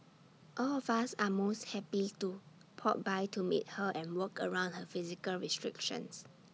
all of us are most happy to pop by to meet her and work around her physical restrictions